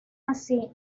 así